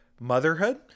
motherhood